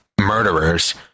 murderers